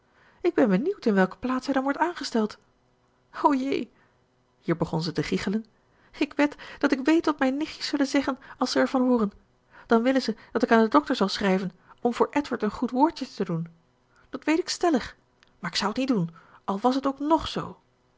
ik ben benieuwd in welke plaats hij dan wordt aangesteld o jé hier begon zij te giegelen ik wed dat ik weet wat mijn nichtjes zullen zeggen als ze ervan hooren dan willen ze dat ik aan den dokter zal schrijven om voor edward een goed woordje te doen dat weet ik stellig maar ik zou t niet doen al was t ook ng zoo